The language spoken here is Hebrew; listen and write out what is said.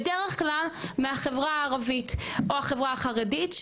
בדרך כלל מהחברה הערבית או החברה החרדית,